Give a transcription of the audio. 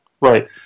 Right